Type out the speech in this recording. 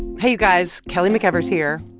hey, you guys. kelly mcevers here.